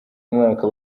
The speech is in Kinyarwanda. umwaka